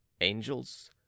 angels